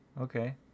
Okay